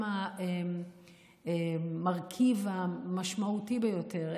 הם המרכיב המשמעותי ביותר,